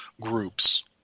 groups